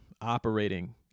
operating